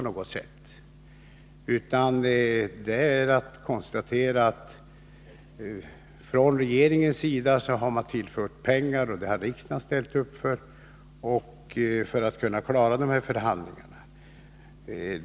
Det är bara att konstatera att regering och riksdag har anslagit pengar för att klara förhandlingarna.